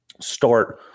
start